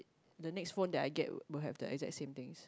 the next phone that I get will have the exact same things